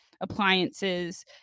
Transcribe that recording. appliances